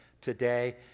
today